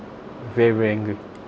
very very angry